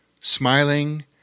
Smiling